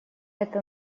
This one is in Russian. это